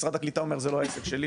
משרד הקליטה אומר זה לא העסק שלי,